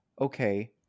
okay